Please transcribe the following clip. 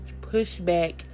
pushback